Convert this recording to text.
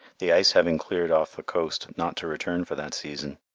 the ice having cleared off the coast not to return for that season.